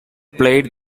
played